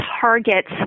targets